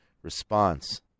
response